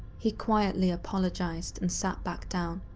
he quietly apologized and sat back down.